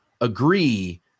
agree